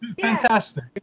Fantastic